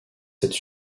cette